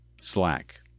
Slack